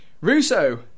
Russo